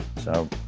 so,